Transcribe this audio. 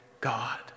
God